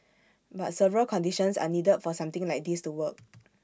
but several conditions are needed for something like this to work